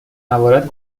موارد